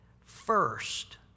first